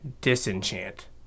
Disenchant